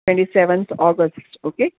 twenty seventh August okay